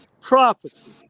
prophecy